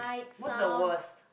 what's the worst